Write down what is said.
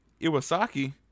Iwasaki